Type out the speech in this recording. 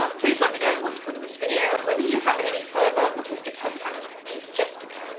um please let me know what you thought of this video and whether you have any further autistic headcanons to suggest to me.